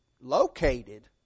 located